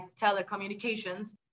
telecommunications